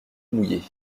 mouillée